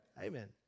Amen